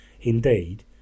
indeed